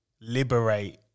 liberate